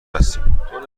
هستیم